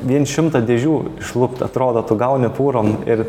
vien šimtą dėžių išlupt atrodo tu gauni fūrom ir